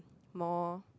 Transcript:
more